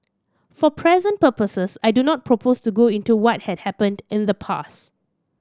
for present purposes I do not propose to go into what had happened in the past